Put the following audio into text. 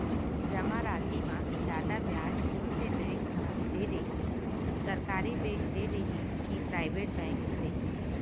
जमा राशि म जादा ब्याज कोन से बैंक ह दे ही, सरकारी बैंक दे हि कि प्राइवेट बैंक देहि?